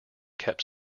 kept